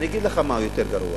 אני אגיד לך מה יותר גרוע,